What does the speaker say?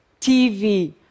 TV